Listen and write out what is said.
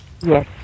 Yes